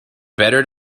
better